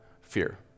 fear